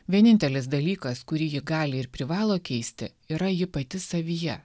vienintelis dalykas kurį ji gali ir privalo keisti yra ji pati savyje